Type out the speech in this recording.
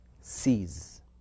sees